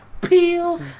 Peel